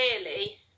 clearly